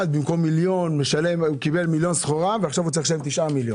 אחד קיבל סחורה במיליון שקלים ועכשיו הוא צריך לשלם 9 מיליון